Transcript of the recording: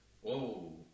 Whoa